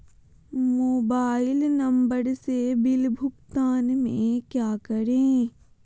Mobile number से bill भुगतान में क्या करें?